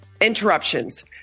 Interruptions